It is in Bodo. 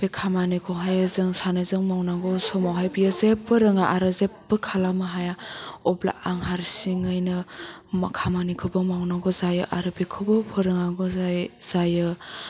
बे खामानिखौहाय जों सानैजों मावनांगौ समावहाय बियो जेब्बो रोङा आरो जेब्बो खालामनो हाया अब्ला आं हारसिङैनो माव खामानिखौबो मावनांगौ जायो आरो बेखौबो फोरोंनांगौ जा जायो